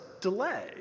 delay